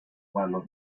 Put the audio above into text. cuando